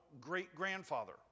great-grandfather